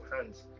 hands